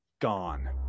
gone